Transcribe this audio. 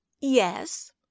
Yes